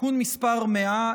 (תיקון מס' 100),